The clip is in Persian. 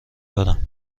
دارم